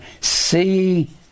see